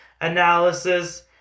analysis